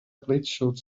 blitzschutz